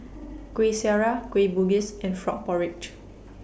Kuih Syara Kueh Bugis and Frog Porridge